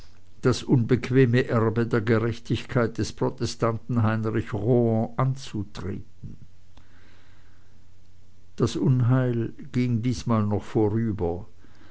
das unbequeme erbe der gerechtigkeit des protestanten heinrich rohan anzutreten das unheil ging diesmal noch vorüber